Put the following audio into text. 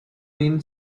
been